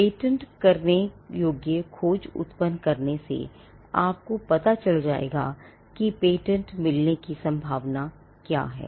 patent करने योग्य खोज उत्पन्न करने से आपको पता चल जाएगा कि पेटेंट मिलने की संभावना क्या है